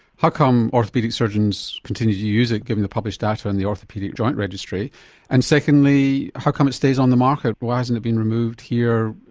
how come orthopaedic surgeons continued to use it given the published data in the orthopaedic joint registry and secondly how come it stays on the market? why hasn't it been removed here,